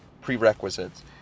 prerequisites